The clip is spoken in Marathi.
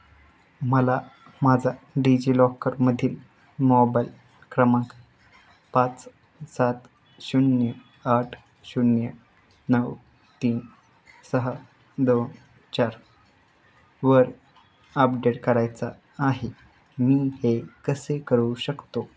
मला माझा डिजिलॉकरमधील मोबाईल क्रमांक पाच सात शून्य आठ शून्य नऊ तीन सहा दोन चार वर अपडेट करायचा आहे मी हे कसे करू शकतो